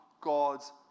God's